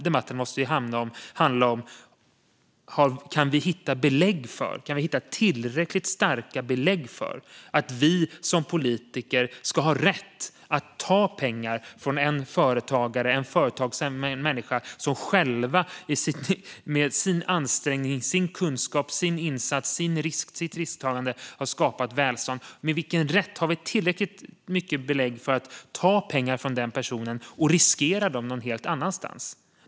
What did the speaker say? Debatten måste handla om huruvida det finns tillräckligt starka belägg för att vi som politiker ska ha rätt att ta pengar från en företagsam människa som med ansträngning, kunskap, insats och risktagande har skapat sig ett välstånd och riskera dem någon annanstans.